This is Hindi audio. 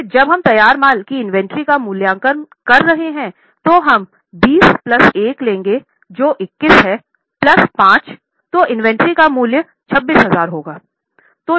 फिर जब हम तैयार माल की इन्वेंट्री का मूल्यांकन कर रहे हैं तो हम 20 प्लस 1 लेंगे जो 21 है प्लस 5 तो इन्वेंट्री का मूल्य 26000 होगा